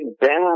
Ben